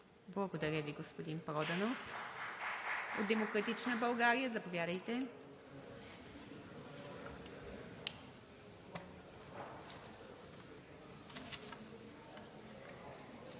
Благодаря Ви, господин Проданов. От „Демократична България“ – заповядайте.